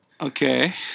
Okay